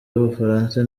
w’ubufaransa